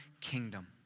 kingdom